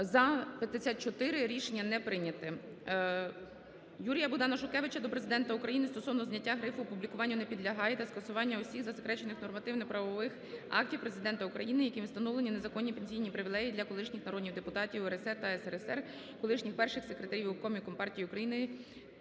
За – 54. Рішення не прийняте. Юрія-Богдана Шухевича до Президента України стосовно зняття грифу "опублікуванню не підлягає" та скасування усіх засекречених нормативно-правових актів Президента України, якими встановлені незаконні пенсійні привілеї для колишніх народних депутатів УРСР і СРСР, колишніх перших секретарів обкомів Компартії України